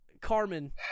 carmen